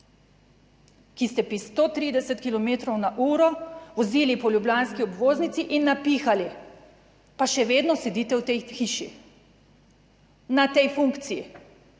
ki ste 130 kilometrov na uro vozili po ljubljanski obvoznici in napihali, pa še vedno sedite v tej hiši, na tej funkciji,